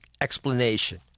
explanation